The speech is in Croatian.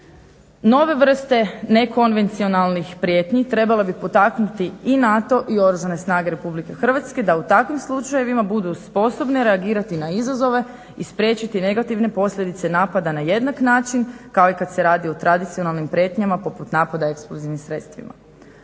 Nove vrste nekonvencionalnih prijetnji trebale bi potaknuti i NATO i Oružane snage Republike Hrvatske da u takvim slučajevima budu sposobni reagirati na izazove i spriječiti negativne posljedice napada na jednak način kao i kad se radi o tradicionalnim prijetnjama poput napada eksplozivnim sredstvima.